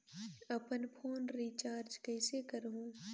अपन phone recharge कइसे करहु?